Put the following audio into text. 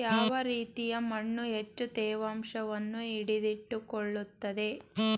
ಯಾವ ರೀತಿಯ ಮಣ್ಣು ಹೆಚ್ಚು ತೇವಾಂಶವನ್ನು ಹಿಡಿದಿಟ್ಟುಕೊಳ್ಳುತ್ತದೆ?